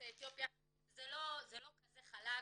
יוצאי אתיופיה זה לא כזה חלק,